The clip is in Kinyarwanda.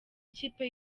ikipe